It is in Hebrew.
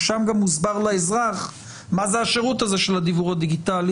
ששם גם מוסבר לאזרח מה זה השירות הזה של הדיוור הדיגיטלי,